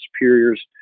superiors